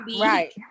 right